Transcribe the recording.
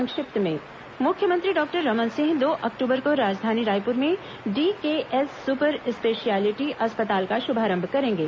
संक्षिप्त समाचार मुख्यमंत्री डॉक्टर रमन सिंह दो अक्टूबर को राजधानी रायपुर में डीकेएस सुपर स्पेशलिटी अस्पताल का शुभारंभ करेंगे